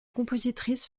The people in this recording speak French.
compositrice